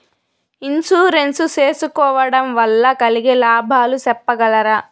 Insurance సేసుకోవడం వల్ల కలిగే లాభాలు సెప్పగలరా?